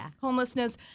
homelessness